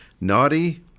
Naughty